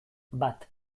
bat